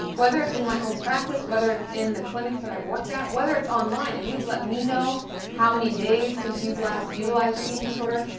whether it's in my own practice, whether it's in the clinics that i've worked at, whether it's online and you've let me know how many days since you've last utilized your eating disorder,